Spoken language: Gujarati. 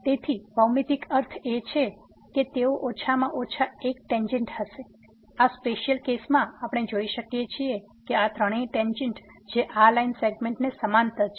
તેથી ભૌમિતિક અર્થ એ છે કે તેઓ ઓછામાં ઓછો એક ટેન્જેંટ હશે આ સ્પેશ્યલ કેસમાં આપણે જોઈ શકીએ છીએ કે આ ત્રણેય ટેન્જેંટ જે આ લાઈન સેગમેન્ટને સમાંતર છે